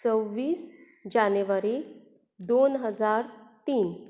सव्वीस जानेवारी दोन हजार तीन